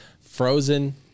Frozen